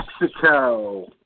Mexico